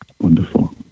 Wonderful